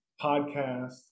podcast